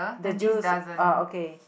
the juice oh okay